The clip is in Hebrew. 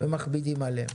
ומכבידים עליהם.